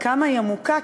עד כמה היא עמוקה,